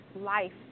life